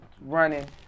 running